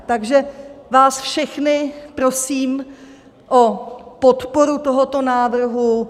Takže vás všechny prosím o podporu tohoto návrhu.